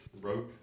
wrote